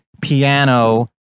piano